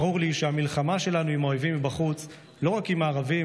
ברור לי שהמלחמה שלנו עם האויבים מבחוץ היא לא רק עם הערבים,